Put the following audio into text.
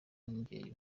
n’umubyeyi